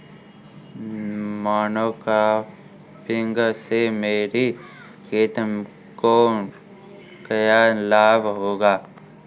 Monocropping से मेरी खेत को क्या लाभ होगा?